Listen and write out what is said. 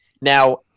Now